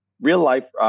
real-life